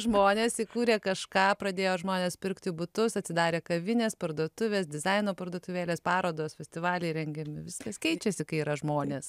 žmonės įkūrė kažką pradėjo žmonės pirkti butus atsidarė kavinės parduotuvės dizaino parduotuvėlės parodos festivaliai rengiami viskas keičiasi kai yra žmonės